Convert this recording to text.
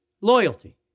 loyalty